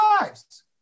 lives